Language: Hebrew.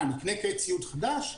האם אני אקנה עכשיו ציוד חדש?